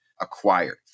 acquired